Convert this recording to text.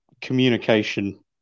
communication